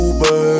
Uber